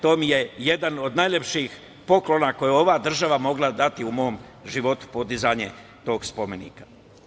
To mi je jedan od najlepših poklona koja je ova država mogla dati u mom životu podizanje tog spomenika.